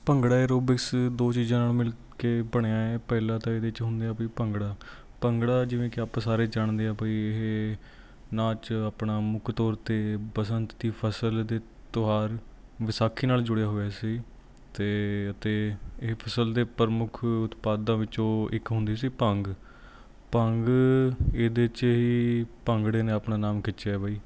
bhangra aerobics ਦੋ ਚੀਜ਼ਾਂ ਨਾਲ ਮਿਲ ਕੇ ਬਣਿਆ ਹੈ ਪਹਿਲਾ ਤਾਂ ਇਹਦੇ 'ਚ ਹੁੰਦੇ ਆ ਵੀ ਭੰਗੜਾ ਭੰਗੜਾ ਜਿਵੇਂ ਕਿ ਆਪਾਂ ਸਾਰੇ ਜਾਣਦੇ ਹਾਂ ਬਈ ਇਹ ਨਾਚ ਆਪਣਾ ਮੁੱਖ ਤੌਰ 'ਤੇ ਬਸੰਤ ਦੀ ਫਸਲ ਅਤੇ ਤਿਉਹਾਰ ਵਿਸਾਖੀ ਨਾਲ ਜੁੜੇ ਹੋਏ ਸੀ ਤੇ ਅਤੇ ਇਹ ਫਸਲ ਦੇ ਪ੍ਰਮੁੱਖ ਉਤਪਾਦਾਂ ਵਿੱਚੋਂ ਇੱਕ ਹੁੰਦੀ ਸੀ ਭੰਗ ਭੰਗ ਇਹਦੇ 'ਚ ਹੀ ਭੰਗੜੇ ਨੇ ਆਪਣਾ ਨਾਮ ਖਿਚਿਆ ਬਈ